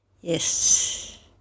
Yes